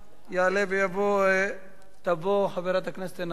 תעלה ותבוא חברת הכנסת עינת וילף.